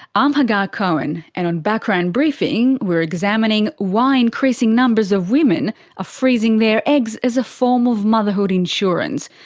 um hagar cohen, and on background briefing we're examining why increasing numbers of women are ah freezing their eggs as a form of motherhood insurance.